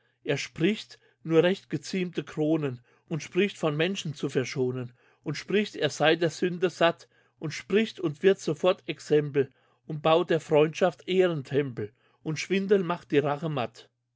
er spricht nur recht gezieme kronen und spricht von menschen zu verschonen und spricht er sei der sünde satt und spricht und wird sofort exempel und baut der freundschaft ehrentempel und schwindel macht die rache